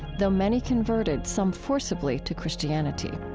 though many converted, some forcibly, to christianity.